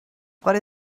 what